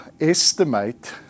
estimate